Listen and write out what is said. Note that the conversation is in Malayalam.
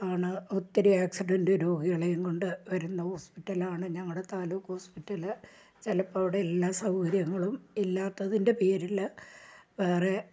ആണ് ഒത്തിരി ആക്സിഡന്റ് രോഗികളെയും കൊണ്ടു വരുന്ന ഹോസ്പിറ്റൽ ആണ് ഞങ്ങളുടെ താലൂക്ക് ഹോസ്പിറ്റൽ ചിലപ്പോൾ അവിടെ എല്ലാ സൗകര്യങ്ങളും ഇല്ലാത്തതിൻ്റെ പേരിൽ വേറെ